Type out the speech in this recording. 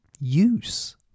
use